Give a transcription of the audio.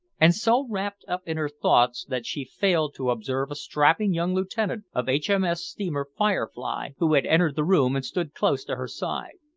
and so wrapt up in her thoughts that she failed to observe a strapping young lieutenant of h m s. steamer firefly, who had entered the room and stood close to her side.